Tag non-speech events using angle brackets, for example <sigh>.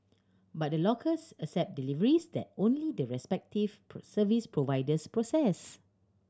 but the lockers accept deliveries that only the respective <unintelligible> service providers process